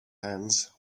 hands